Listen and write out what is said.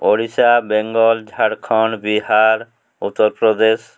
Odisha Bengal Jharkhand Bihar Uttar Pradesh